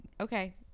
okay